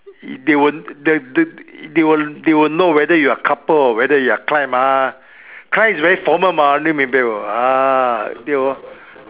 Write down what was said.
they will they they they will know whether you are couple or you are client mah client is very formal mah ah tio bo